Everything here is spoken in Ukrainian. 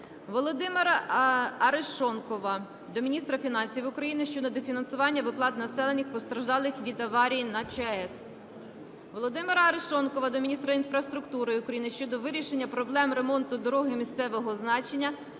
Володимира Арешонкова до міністра фінансів України щодо недофінансування виплат населенню, постраждалому від аварії на ЧАЕС. Володимира Арешонкова до міністра інфраструктури України щодо вирішення проблеми ремонту дороги місцевого значення